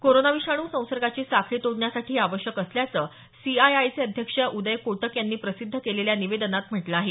corona विषाणू संसर्गाची साखळी तोडण्यासाठी हे आवश्यक असल्याचं सीआयआयचे अध्यक्ष उदय कोटक यांनी प्रसिद्ध केलेल्या निवेदनात म्हटलं आहे